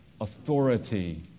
authority